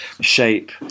shape